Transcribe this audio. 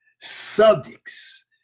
subjects